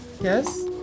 Yes